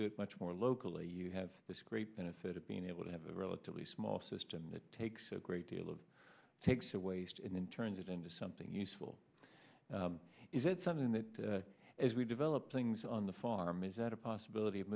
do it much more locally you have this great benefit of being able to have a relatively small system that takes a great deal of takes to waste and then turns it into something useful is it something that as we develop things on the farm is that a possibility of